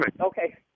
Okay